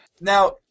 Now